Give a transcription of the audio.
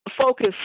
focus